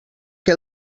que